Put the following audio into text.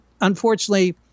unfortunately